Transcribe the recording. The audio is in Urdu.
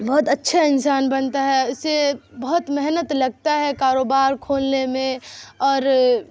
بہت اچھا انسان بنتا ہے اسے بہت محنت لگتا ہے کاروبار کھولنے میں اور